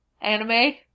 Anime